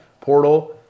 portal